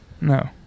No